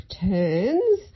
turns